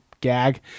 Gag